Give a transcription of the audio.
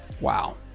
Wow